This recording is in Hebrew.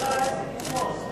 אז איך העסק יכול לקרוס?